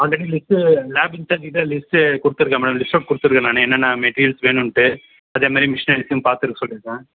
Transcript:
already list lab incharge கிட்டே list கொடுத்துருக்கேன் madam list out கொடுத்துருக்கேன் நான் என்னென்ன மெட்டீரியல்ஸ் வேணும்ன்ட்டு அதேமாதிரி மிஷினரிஸும் பார்த்துட்டு வர சொல்லியிருக்கேன்